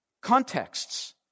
contexts